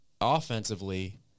offensively